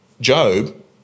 Job